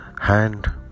hand